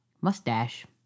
mustache